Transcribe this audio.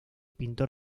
pintor